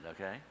okay